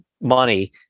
Money